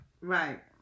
Right